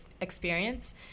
experience